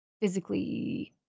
physically